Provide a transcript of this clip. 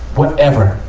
whatever,